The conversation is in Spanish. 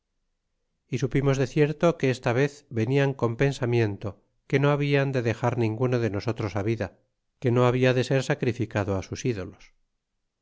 y supimos de cierto que esta vez venian con pensamiento que no hablan de dexar ninguno de nosotros á vida que no habla de ser sacrificado á sus ídolos